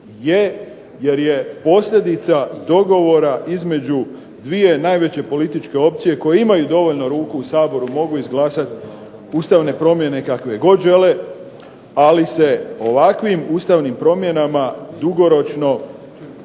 jer je posljedica dogovora između 2 najveće političke opcije koje imaju dovoljno ruku u Saboru, mogu izglasati ustavne promjene kakve god žele, ali se ovakvim ustavnim promjenama dugoročno,